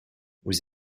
vous